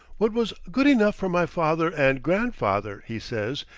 what was good enough for my father and grandfather, he says,